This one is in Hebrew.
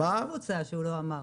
יש גם עוד קבוצה שהוא לא אמר.